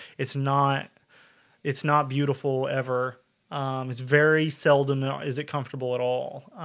it's not it's not beautiful ever it's very seldom. is it comfortable at all?